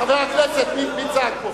(חברת הכנסת אנסטסיה מיכאלי יוצאת מאולם המליאה.) מי צעק פה?